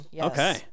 Okay